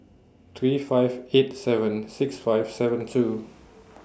three five eight seven six five seven two